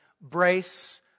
brace